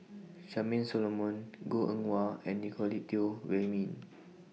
Charmaine Solomon Goh Eng Wah and Nicolette Teo Wei Min